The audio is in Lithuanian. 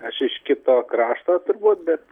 aš iš kito krašto turbūt bet